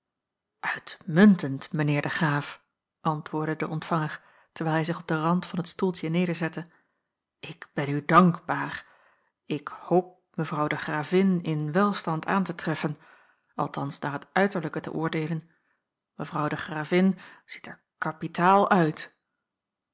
uitmuntend mijn heer de graaf antwoordde de ontvanger terwijl hij zich op den rand van het stoeltje nederzette ik ben u dankbaar ik hoop mevrouw de gravin in welstand aan te treffen althans naar het uiterlijke te oordeelen mevrouw de gravin ziet er kapitaal uit